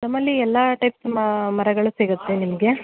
ನಮ್ಮಲ್ಲಿ ಎಲ್ಲ ಟೈಪ್ ಮರಗಳು ಸಿಗುತ್ತೆ ನಿಮಗೆ